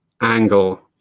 angle